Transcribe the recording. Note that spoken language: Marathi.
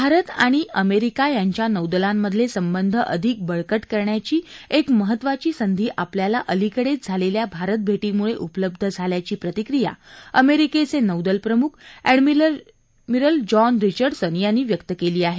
भारत आणि अमेरिका यांच्या नौदलांमधले संबंध अधिक बळकट करण्याची एक महत्वाची संधी आपल्याला अलीकडेच झालेल्या भारतभेटीमुळे उपलब्ध झाल्याची प्रतिक्रिया अमेरिकेचे नौदलप्रमुख अद्वमिरल जॉन रिचर्डसन यांनी व्यक्त केली आहे